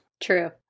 True